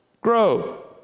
grow